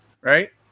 right